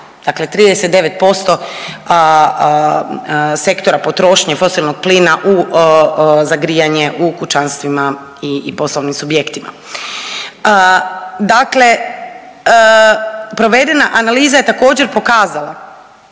dakle 39% Sektora potrošnje fosilnog plina za grijanje u kućanstvima i poslovnim subjektima. Dakle, provedena analiza je također pokazala